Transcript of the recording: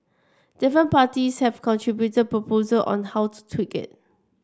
different parties have contributed proposals on how to tweak it